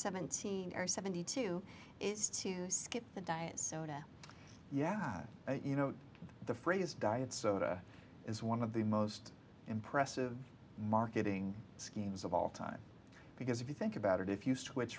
seventeen or seventy two is to skip the diet soda yeah you know the phrase diet soda is one of the most impressive marketing schemes of all time because if you think about it if you switch